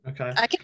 okay